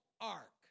Ark